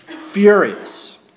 furious